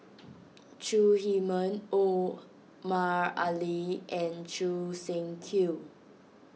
Chong Heman Omar Ali and Choo Seng Quee